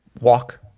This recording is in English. walk